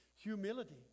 Humility